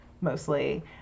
mostly